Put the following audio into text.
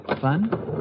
fun